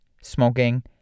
smoking